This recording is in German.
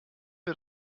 wir